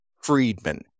Friedman